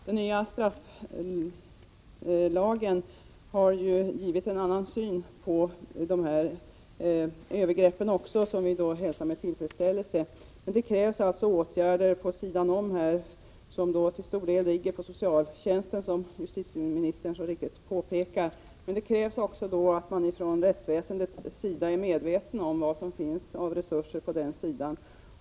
Den nya strafflagen har ju givit en ny syn på dessa övergrepp, vilket vi hälsar med tillfredsställelse. Men det krävs åtgärder så att säga vid sidan av som till stor del ligger på socialtjänsten, som justitieministern mycket riktigt påpekade. Men det krävs då också att man från rättsväsendets sida är medveten om vilka resurser som finns på den sidan.